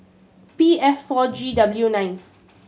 P F four G W nine